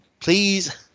please